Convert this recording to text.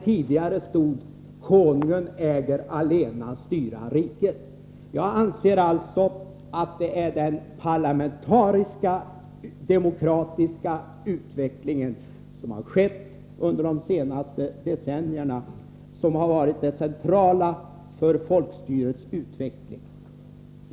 Tidigare stod det: ”Konungen äger att allena styra riktet”. Jag anser alltså att den parlamentariska demokratiska utveckling som har skett under de senaste decennierna har varit det centrala för folkstyrets utveckling.